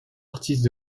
artistes